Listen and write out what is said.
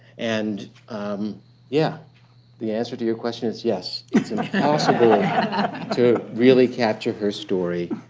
and yeah the answer to your question is yes. it's impossible to really capture her story.